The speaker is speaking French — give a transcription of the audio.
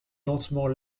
lentement